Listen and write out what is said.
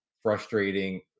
frustrating